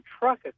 truck